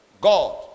God